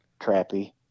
trappy